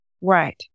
Right